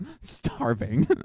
Starving